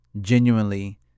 genuinely